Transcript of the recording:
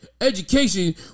Education